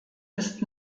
ist